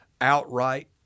outright